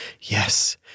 Yes